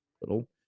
little